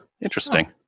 Interesting